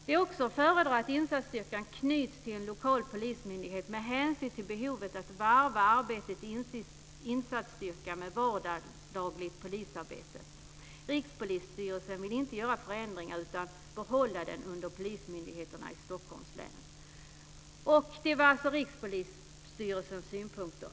Det är också att föredra att insatsstyrkan knyts till en lokal polismyndighet med hänsyn till behovet att varva arbetet i insatsstyrkan med vardagligt polisarbete. Rikspolisstyrelsen vill inte göra förändringar utan vill behålla den under polismyndigheterna i Stockholms län. Detta var alltså Rikspolisstyrelsens synpunkter.